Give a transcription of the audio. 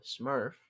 Smurf